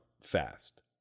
fast